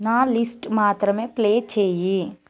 నా లిస్ట్ మాత్రమే ప్లే చేయి